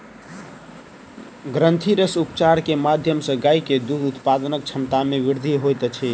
ग्रंथिरस उपचार के माध्यम सॅ गाय के दूध उत्पादनक क्षमता में वृद्धि होइत अछि